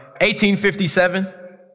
1857